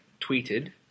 tweeted